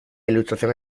ilustración